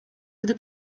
gdy